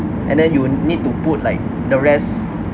and then you would need to put like the rest